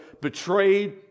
betrayed